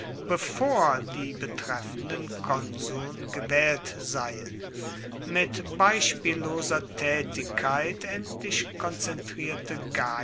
bevor die betreffenden konsuln gewählt seien mit beispielloser tätigkeit endlich konzentrierte